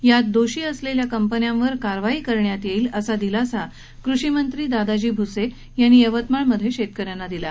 यात दोषी असलेल्या कंपन्यांवर निश्चितच कारवाई करण्यात येईल असा दिलासा कृषीमंत्री दादाजी भ्से यांनी यवतमाळमध्ये शेतक यांना दिला